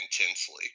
Intensely